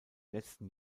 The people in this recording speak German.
letzten